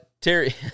terry